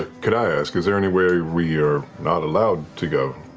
ah could i ask, is there anywhere we are not allowed to go?